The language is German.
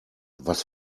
was